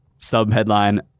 Sub-headline